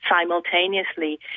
simultaneously